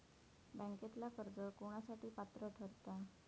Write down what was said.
बँकेतला कर्ज कोणासाठी पात्र ठरता?